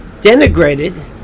denigrated